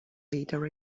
leader